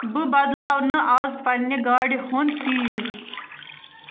بہٕ بدلاوٕ نہَ اَز پنٕنہِ گاڑِ ہُنٛد تیٖل